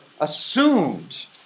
assumed